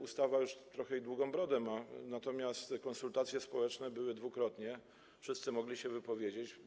Ustawa ma już trochę długą brodę, natomiast konsultacje społeczne odbyły się dwukrotnie, wszyscy mogli się wypowiedzieć.